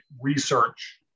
research